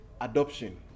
adoption